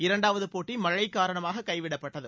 இரண்டாவது போட்டி மழை காரணமாக கைவிடப்பட்டது